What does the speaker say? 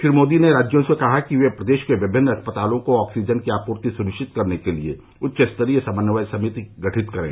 श्री मोदी ने राज्यों से कहा कि वे प्रदेश के विमिन्न अस्पतालों को ऑक्सीजन की आपूर्ति सुनिश्चित करने के लिए उच्च स्तरीय समन्वय समिति गठित करें